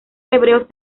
hebreos